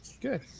Good